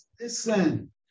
Listen